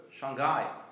Shanghai